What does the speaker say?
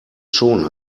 schon